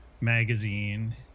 magazine